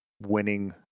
winning